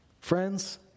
Friends